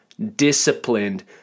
Disciplined